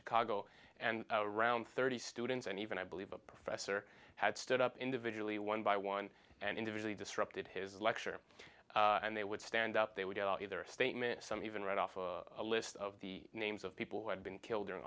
chicago and around thirty students and even i believe a professor had stood up individually one by one and individually disrupted his lecture and they would stand up they would get out either statement some even read off a list of the names of people who had been killed